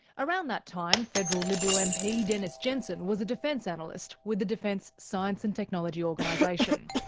around that time, federal liberal mp dennis jensen was a defence analyst with the defence science and technology organisation.